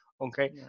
okay